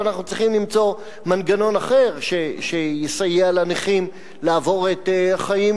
אבל אנחנו צריכים למצוא מנגנון אחר שיסייע לנכים לעבור את החיים